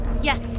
Yes